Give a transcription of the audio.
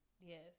Yes